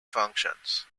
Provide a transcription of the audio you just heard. functions